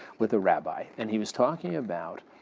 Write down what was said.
with the rabbi, and he was talking about